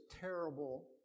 terrible